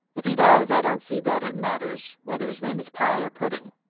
if he does i don't see that it matters whether his name is pye or pudding.